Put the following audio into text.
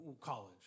College